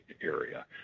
area